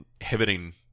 inhibiting